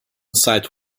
site